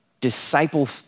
disciple